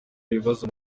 ibibazo